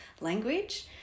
language